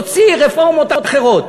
תוציא רפורמות אחרות,